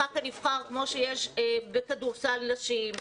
כמו שיש בכדורסל נשים,